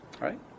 Right